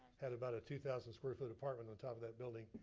had about a two thousand square foot apartment on top of that building.